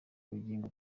ubugingo